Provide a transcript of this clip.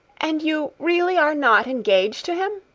and you really are not engaged to him!